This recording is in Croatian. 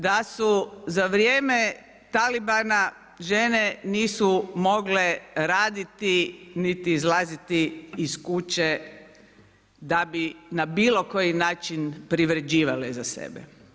Da su za vrijeme talibana žene nisu mogle raditi niti izlaziti iz kuće da bi na bilo koji način privređivale za sebe.